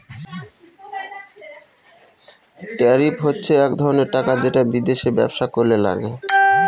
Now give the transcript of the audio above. tariff হচ্ছে এক ধরনের টাকা যেটা বিদেশে ব্যবসা করলে লাগে